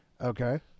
Okay